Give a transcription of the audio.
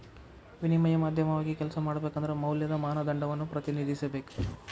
ವಿನಿಮಯ ಮಾಧ್ಯಮವಾಗಿ ಕೆಲ್ಸ ಮಾಡಬೇಕಂದ್ರ ಮೌಲ್ಯದ ಮಾನದಂಡವನ್ನ ಪ್ರತಿನಿಧಿಸಬೇಕ